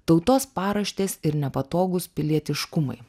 tautos paraštės ir nepatogūs pilietiškumai